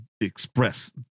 express